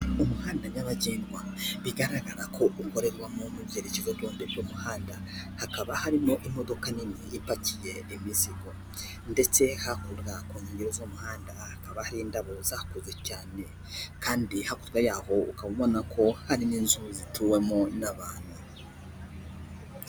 Umuhanda nyabagendwa bigaragara ko ukorerwamo mu byerekezo byombi by'umuhanda, hakaba harimo imodoka nini ipakiye imizigo, ndetse hakurya kunkengero z'umuhanda hakaba hari indabo zakuze cyane, kandi hakurya yaho ukaba ubona ko hari n'inzu zituwemo n'abantu.